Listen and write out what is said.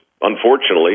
unfortunately